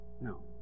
No